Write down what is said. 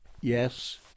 Yes